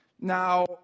Now